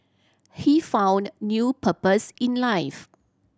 he found new purpose in life